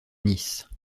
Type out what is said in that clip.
nice